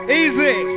easy